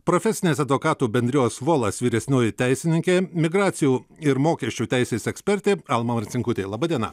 profesinės advokatų bendrijos volas vyresnioji teisininkė migracijų ir mokesčių teisės ekspertė alma marcinkutė laba diena